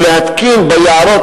ולהתקין ביערות,